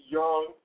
young